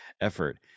effort